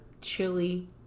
Chili